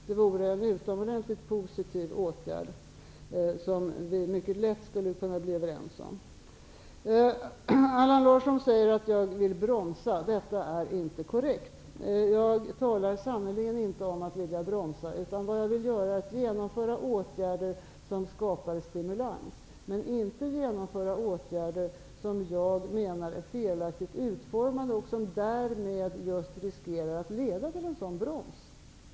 Det vore en utomordentligt positiv åtgärd, som vi mycket lätt skulle kunna bli överens om. Allan Larsson säger att jag vill bromsa. Det är inte korrekt. Jag talar sannerligen inte om att bromsa. Vi har genomfört åtgärder som skapar stimulans, men vi vill inte genomföra åtgärder som är felaktigt utformade och som därmed riskerar att leda till en broms.